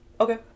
Okay